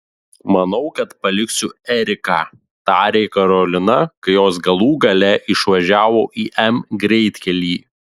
manau kad paliksiu eriką tarė karolina kai jos galų gale išvažiavo į m greitkelį